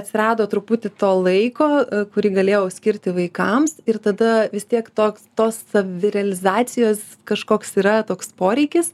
atsirado truputį to laiko kurį galėjau skirti vaikams ir tada vis tiek toks tos savirealizacijos kažkoks yra toks poreikis